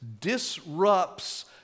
disrupts